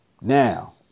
Now